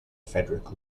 frederick